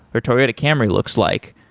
or toyota camry looks like,